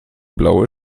blaue